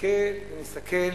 מסתכל ומסתכל.